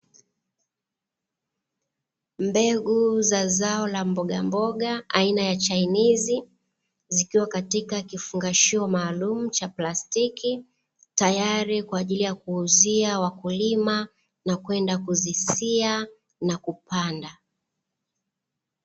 Mbegu za zao la mbogamboga aina ya chainizi zikiwa katika kifungashio maaalumu cha plastiki, tayari kwa ajili ya kuwauzia wakulima na kwenda kuzisia na kupanda.